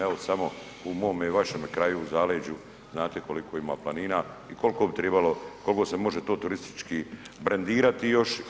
Evo samo u mome i vašem kraju u zaleđu znate koliko ima planina i koliko bi trebalo, koliko se može to turistički brendirati još.